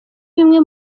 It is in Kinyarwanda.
bimwe